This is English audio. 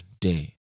day